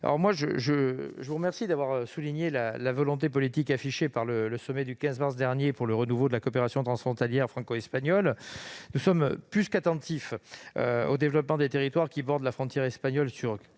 le sujet. Je vous remercie d'avoir souligné la volonté politique affichée lors du sommet du 15 mars dernier en faveur du renouveau de la coopération transfrontalière franco-espagnole. Nous sommes plus qu'attentifs au développement des territoires qui bordent la frontière espagnole sur